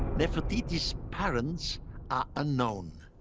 nefertiti's parents are unknown.